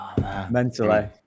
mentally